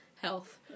health